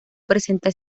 presentan